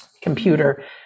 computer